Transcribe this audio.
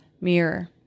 mirror